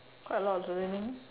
quite a lot of learning